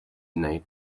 nate